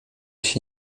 się